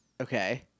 Okay